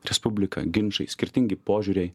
respublika ginčai skirtingi požiūriai